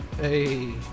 Hey